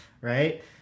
right